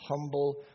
humble